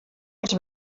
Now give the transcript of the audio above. els